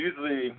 usually